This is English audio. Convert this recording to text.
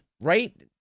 right